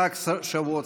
חברי